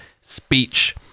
speech